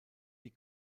die